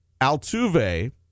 Altuve